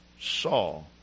saw